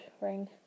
ring